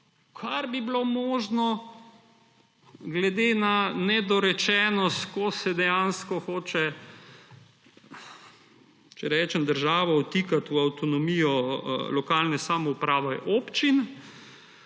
kar bi bilo možno glede na nedorečenost, ko se dejansko hoče, če rečem, država vtikati v avtonomijo lokalne samouprave, občin.